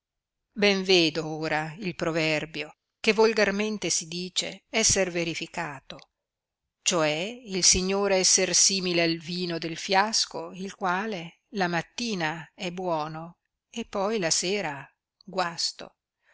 ben vedo ora il proverbio che volgarmente si dice esser verificato cioè il signore esser simile al vino del fiasco il quale la mattina è buono e poi la sera guasto